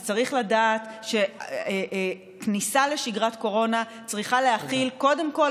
אז צריך לדעת שכניסה לשגרת קורונה צריכה להכיל קודם כול,